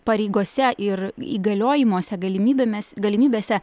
pareigose ir įgaliojimuose galimybėmis galimybėse